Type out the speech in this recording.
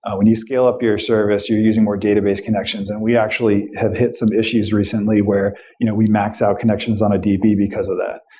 ah when you scale up your service, you're using more database connections and we actually have hit some issues recently where you know we max out connections on a db because of that.